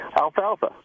Alfalfa